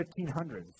1500s